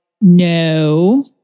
no